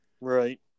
right